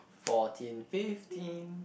fourteen fifteen